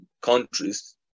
countries